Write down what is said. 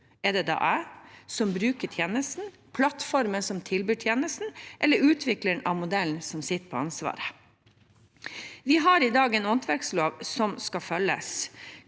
er det da jeg som bruker tjenesten, plattformen som tilbyr tjenesten, eller utvikleren av modellen som sitter med ansvaret? Vi har i dag en åndsverkslov som skal følges.